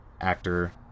actor